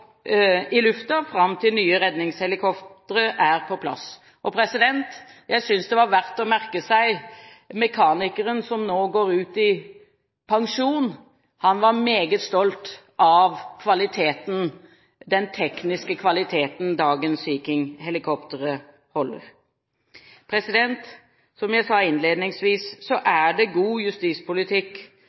i lufta fram til nye redningshelikoptre er på plass. Jeg synes det er verdt å merke seg mekanikeren som nå går ut i pensjon, som var meget stolt av den tekniske kvaliteten dagens Sea King-helikoptre holder. Som jeg sa innledningsvis, er en god justispolitikk